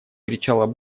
кричала